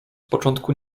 początku